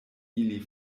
ili